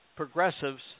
Progressives